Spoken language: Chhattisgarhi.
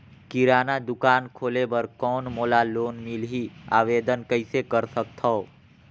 किराना दुकान खोले बर कौन मोला लोन मिलही? आवेदन कइसे कर सकथव?